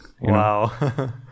wow